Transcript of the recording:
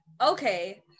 okay